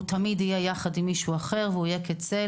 הוא תמיד יהיה יחד עם מישהו אחר כצל.